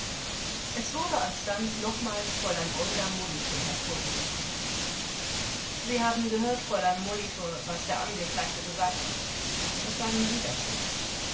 es wurde alsdann nochmals fräulein olga molitor hervorgerufen vors sie haben gehört fräulein molitor was der angeklagte gesagt hat was sagen sie dazu